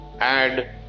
add